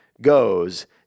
goes